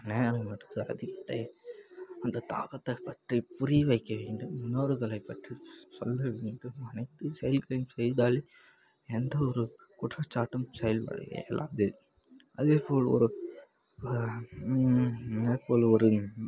நேரம் எடுத்து அதிகத்தை அந்த தாகத்தைப் பற்றி புரிய வைக்க வேண்டும் முன்னோர்களைப் பற்றி சொல்ல வேண்டும் அனைத்து செயல்களையும் செய்தாலே எந்த ஒரு குற்றச்சாட்டும் செயல்பட இயலாது அதே போல் ஒரு அதேப் போல் ஒரு